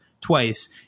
twice